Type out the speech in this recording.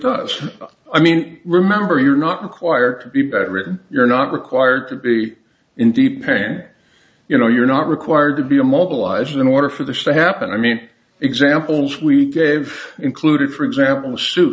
does i mean remember you're not required to be written you're not required to be in deep pain you know you're not required to be immobilized in order for the same happen i mean examples we gave included for example